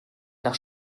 nach